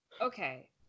Okay